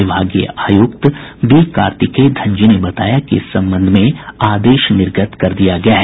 विभागीय आयुक्त बी कार्तिकेय धनजी ने बताया कि इस संबंध में आदेश निर्गत कर दिया गया है